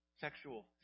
sexual